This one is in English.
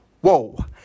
Whoa